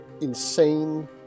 insane